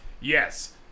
Yes